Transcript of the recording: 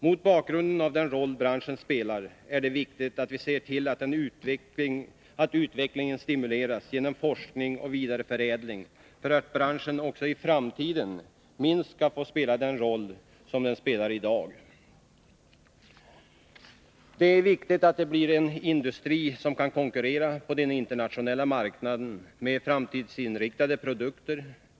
Mot bakgrund av den roll branschen spelar är det viktigt att vi ser till att utvecklingen stimuleras genom forskning och vidareförädling för att branschen också i framtiden skall få minst lika stor betydelse som den i dag har. Det är viktigt att det blir en industri som kan konkurrera på den internationella marknaden med framtidsinriktade produkter.